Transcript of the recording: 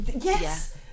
Yes